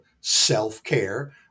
self-care